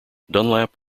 dunlap